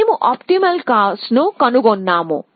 మేము optimal cost ను కనుగొన్నాము